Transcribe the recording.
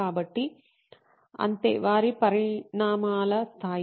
కాబట్టి అంతే వారి పరిణామాల స్థాయి